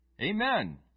Amen